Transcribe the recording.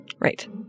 Right